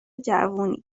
جوونی